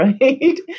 right